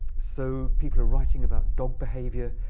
so people are writing about dog behavior,